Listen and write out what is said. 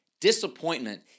Disappointment